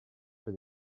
for